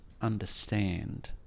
understand